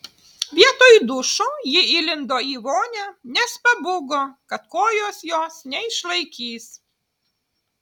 vietoj dušo ji įlindo į vonią nes pabūgo kad kojos jos neišlaikys